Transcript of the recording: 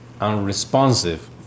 unresponsive